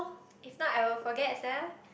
if not I will forget sia